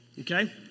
Okay